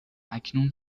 اکنون